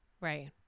Right